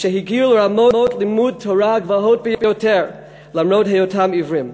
שהגיעו לרמות לימוד תורה הגבוהות ביותר למרות היותם עיוורים.